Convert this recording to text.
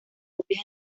copias